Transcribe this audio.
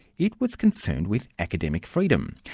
it was concerned with academic freedom.